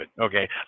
Okay